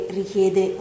richiede